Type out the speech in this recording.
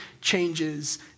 changes